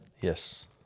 Yes